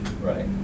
Right